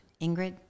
Ingrid